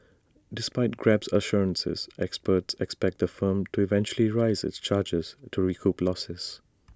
despite grab's assurances experts expect the firm to eventually raise its charges to recoup losses